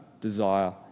desire